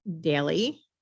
daily